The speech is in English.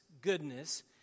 goodness